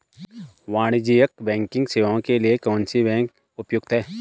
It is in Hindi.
वाणिज्यिक बैंकिंग सेवाएं के लिए कौन सी बैंक उपयुक्त है?